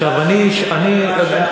אני שואל שאלה ספציפית.